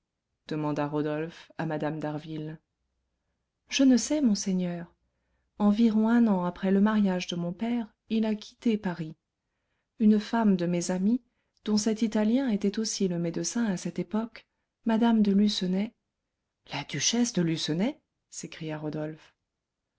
demanda rodolphe à mme d'harville je ne sais monseigneur environ un an après le mariage de mon père il a quitté paris une femme de mes amies dont cet italien était aussi le médecin à cette époque mme de lucenay la duchesse de lucenay s'écria rodolphe